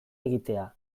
egitea